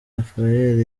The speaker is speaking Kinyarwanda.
raphael